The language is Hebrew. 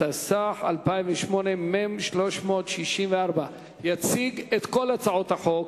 התשס"ח 2008. יציג את כל הצעות החוק,